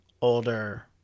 older